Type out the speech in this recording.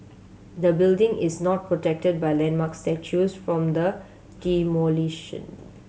the building is not protected by landmark status from the demolition